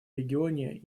регионе